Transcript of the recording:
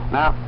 Now